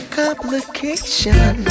complication